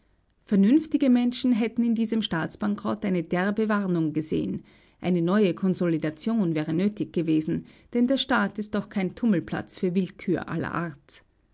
vernünftige menschen hätten in diesem staatsbankrott eine derbe warnung gesehen eine neue konsolidation wäre nötig gewesen denn der staat ist doch kein tummelplatz für willkür aller art